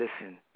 listen